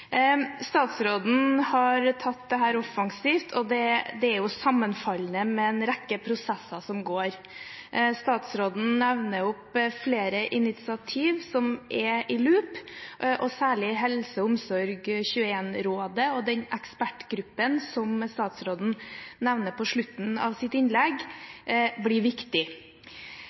Statsråden har tatt dette offensivt, og det er sammenfallende med en rekke prosesser som går. Statsråden nevner flere initiativer som er i loop, og særlig HelseOmsorg21-rådet og den ekspertgruppen som statsråden nevner på slutten av sitt innlegg, blir viktig.